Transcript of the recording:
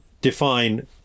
define